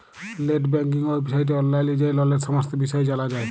late banking ওয়েবসাইটে অললাইল যাঁয়ে ললের সমস্ত বিষয় জালা যায়